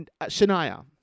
Shania